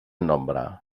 nombre